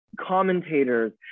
commentators